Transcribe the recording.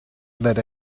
that